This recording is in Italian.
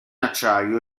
acciaio